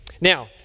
Now